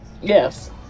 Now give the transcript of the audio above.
Yes